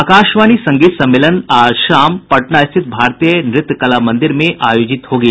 आकाशवाणी संगीत सम्मेलन का आज शाम पटना स्थित भारतीय नृत्य कला मंदिर में आयोजन किया जा रहा है